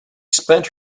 spent